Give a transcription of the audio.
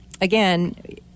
again